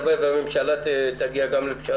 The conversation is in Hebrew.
הלוואי וגם הממשלה תגיע לפשרות.